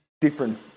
different